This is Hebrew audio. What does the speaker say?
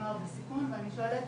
נוער בסיכון, ואני שואלת